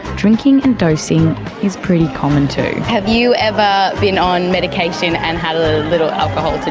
drinking and dosing is pretty common too. have you ever been on medication and had a little alcohol to